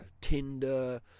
Tinder